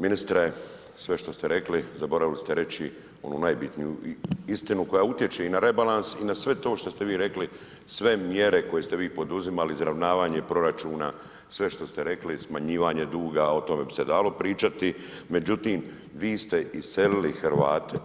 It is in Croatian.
Ministre, sve što ste rekli, zaboravili ste reći onu najbitniju istinu koja utječe i na rebalans i na sve to što ste vi rekli, sve mjere koje ste vi poduzimali, izravnavanje proračuna, sve što ste rekli, smanjivanje duga, o tome bi se dalo pričati, međutim vi ste iselili Hrvate